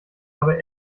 aber